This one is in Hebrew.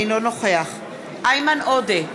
אינו נוכח איימן עודה,